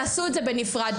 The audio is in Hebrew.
תעשו את זה בנפרד.